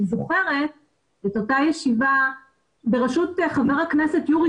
אני זוכרת את אותה ישיבה בראשות חבר הכנסת יורי